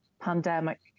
pandemic